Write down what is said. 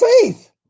faith